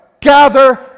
gather